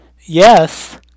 yes